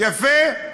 יפה,